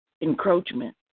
encroachment